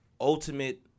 ultimate